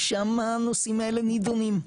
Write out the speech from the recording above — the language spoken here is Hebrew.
שמה הנושאים האלה נידונים.